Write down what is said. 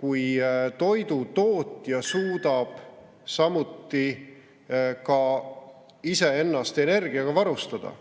kui toidutootja suudab iseennast energiaga varustada.